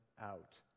out